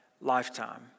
lifetime